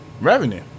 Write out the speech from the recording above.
revenue